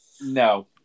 No